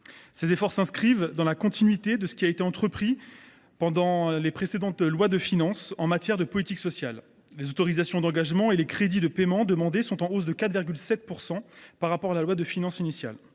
Ces efforts s’inscrivent dans la continuité de ce qui a été entrepris dans les précédentes lois de finances en matière de politique sociale. Les autorisations d’engagement et les crédits de paiement demandés sont en hausse de 4,7 % par rapport à la loi de finances initiale